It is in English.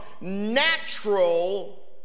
natural